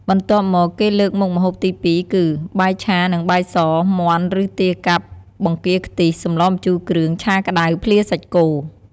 បន្ទាប់់មកគេលើកមុខម្ហូបទី២គឺ បាយឆានិងបាយស មាន់ឬទាកាប់ បង្គាខ្ទិះ សម្លរម្ជូរគ្រឿង ឆាក្តៅ ភ្លាសាច់គោ ។